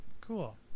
Cool